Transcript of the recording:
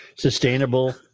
Sustainable